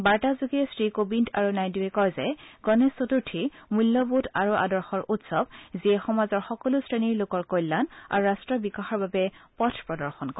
বাৰ্তাযোগে শ্ৰীকোবিন্দ আৰু শ্ৰীনাইডুৱে কয় যে গণেশ চতুৰ্থী মূল্যবোধ আৰু আদৰ্শৰ উৎসৱ যিয়ে সমাজৰ সকলো শ্ৰেণীৰ লোকৰ কল্যাণ আৰু ৰাট্টৰ বিকাশৰ বাবে পথ প্ৰদৰ্শন কৰে